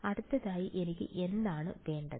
അടുത്തതായി എനിക്ക് എന്താണ് വേണ്ടത്